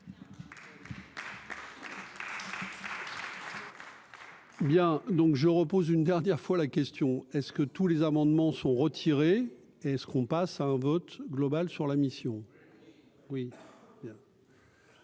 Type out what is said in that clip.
Bien donc je repose une dernière fois la question est-ce que tous les amendements sont retirés, est ce qu'on passe à un vote global sur la mission. Oui,